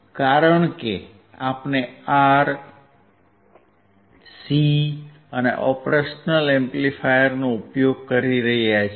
કારણ કે આપણે R C અને ઓપરેશનલ એમ્પ્લીફાયરનો ઉપયોગ કરી રહ્યા છીએ